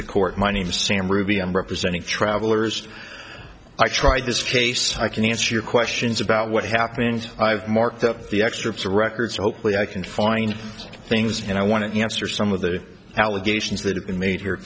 the court my name is sam ruby i'm representing travelers i tried this case i can answer your questions about what happened i've marked up the extra records hopefully i can find things and i want to answer some of the allegations that have been made here